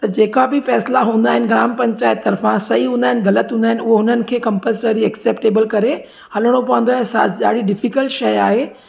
त जेका बि फ़ैसला हूंदा आहिनि ग्राम पंचायत तर्फ़ां सही हूंदा आहिनि ग़लति हूंदा आहिनि उहे हुननि खे कम्पलसरी एक्सेप्टेबल करे हलिणो पवंदो आहे ऐं साॼ ॾाढी डिफीकल्ट शइ आहे